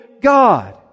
God